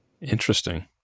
Interesting